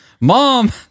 Mom